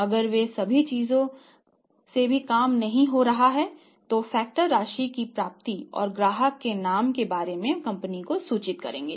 अगर ये सभी चीजें काम नहीं कर रही हैं तो फैक्टर राशि की प्राप्ति और ग्राहक के नाम के बारे में कंपनी को सूचित करेगा